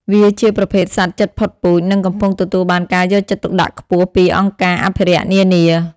វាជាប្រភេទសត្វជិតផុតពូជ និងកំពុងទទួលបានការយកចិត្តទុកដាក់ខ្ពស់ពីអង្គការអភិរក្សនានា។